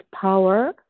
power